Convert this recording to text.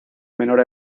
menor